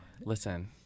Listen